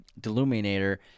Deluminator